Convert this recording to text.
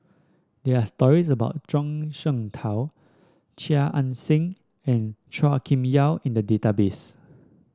there are stories about Zhuang Shengtao Chia Ann Siang and Chua Kim Yeow in the database